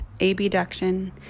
abduction